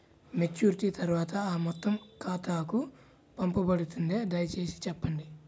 Maturity తర్వాత ఆ మొత్తం నా ఖాతాకు పంపబడుతుందా? దయచేసి చెప్పండి?